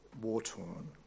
war-torn